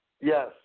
Yes